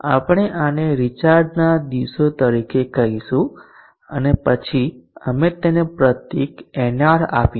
આપણે આને રિચાર્જના દિવસો તરીકે કહીશું અને પછી અમે તેને પ્રતીક nr આપીશું